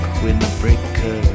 windbreaker